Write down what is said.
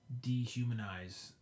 dehumanize